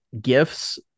gifts